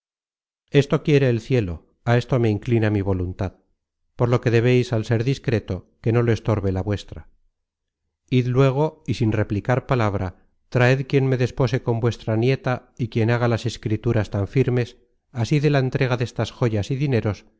esto quiere el cielo á esto me inclina mi voluntad por lo que debeis al ser discreto que no lo estorbe la vuestra id luego y sin replicar palabra traed quien me despose con vuestra nieta y quien haga las escrituras tan firmes así de la entrega destas joyas y dineros